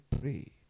pray